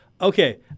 Okay